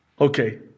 Okay